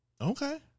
Okay